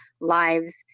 lives